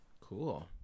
cool